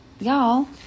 Y'all